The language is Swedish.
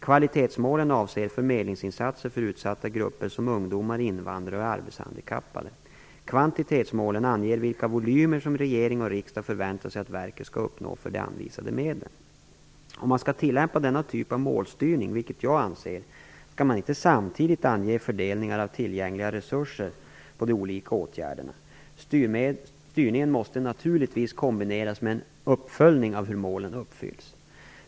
Kvalitetsmålen avser förmedlingsinsatser för utsatta grupper som ungdomar, invandrare och arbetshandikappade. Kvantitetsmålen anger vilka volymer som regering och riksdag förväntar sig att verket skall uppnå för de anvisade medlen. Om man skall tillämpa denna typ av målstyrning, vilket jag anser, skall man inte samtidigt ange fördelningar av tillgängliga resurser på de olika åtgärderna. Styrningen måste naturligtvis kombineras med en uppföljning av hur målen uppfylls.